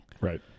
Right